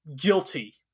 guilty